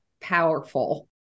powerful